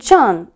John